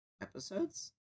episodes